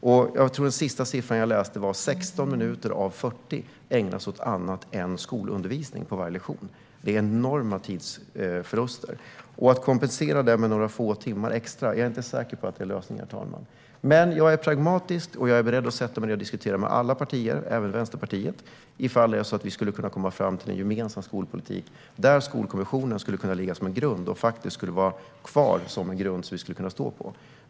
Jag tror att den senaste siffran jag läste var att 16 minuter av 40 ägnas åt annat än skolundervisning på varje lektion. Det är enorma tidsförluster. Jag är inte säker på att lösningen är att kompensera det med några få timmar extra, herr talman. Men jag är pragmatisk. Jag är beredd att sätta mig ned och diskutera med alla partier, även Vänsterpartiet, för att kunna komma fram till en gemensam skolpolitik där Skolkommissionen skulle kunna ligga kvar som en grund att stå på.